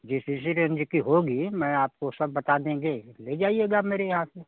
जिस इसी रेंज की होगी मैं आपको सब बता देंगे ले जाइएगा आप मेरे यहाँ से